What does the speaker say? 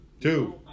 Two